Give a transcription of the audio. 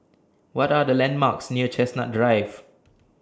What Are The landmarks near Chestnut Drive